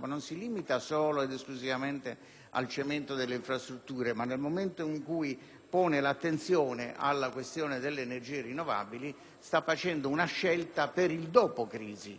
che non si limita solo ed esclusivamente al cemento delle infrastrutture ma, nel momento in cui pone l'attenzione alla questione delle energie rinnovabili, sta facendo una scelta per il dopo crisi